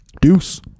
Deuce